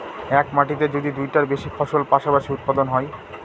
এক মাটিতে যদি দুইটার বেশি ফসল পাশাপাশি উৎপাদন হয়